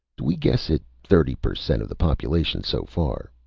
we guess at thirty per cent of the population so far,